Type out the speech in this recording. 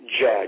judge